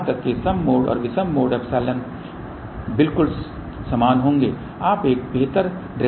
यहां तक कि सम मोड और विषम मोड एप्सिलॉन बिल्कुल समान होंगे आप एक बेहतर डिरेक्टिविटि प्राप्त कर सकते हैं